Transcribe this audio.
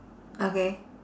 okay